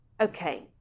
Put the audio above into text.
okay